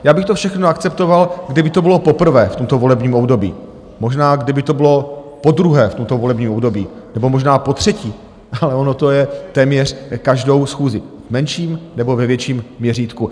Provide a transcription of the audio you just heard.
Já bych to všechno akceptoval, kdyby to bylo poprvé v tomto volebním období, možná kdyby to bylo podruhé v tomto volebním období nebo možná potřetí, ale ono to je téměř každou schůzi v menším nebo ve větším měřítku.